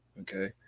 Okay